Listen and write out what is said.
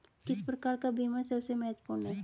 किस प्रकार का बीमा सबसे महत्वपूर्ण है?